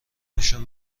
نشون